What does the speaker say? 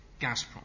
Gazprom